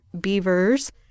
beavers